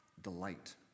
delight